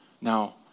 Now